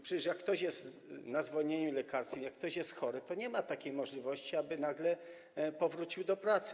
Przecież jak ktoś jest na zwolnieniu lekarskim, jak ktoś jest chory, to nie ma takiej możliwości, aby nagle powrócił do pracy.